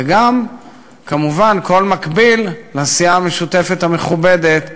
וגם כמובן קול מקביל לסיעה המשותפת המכובדת,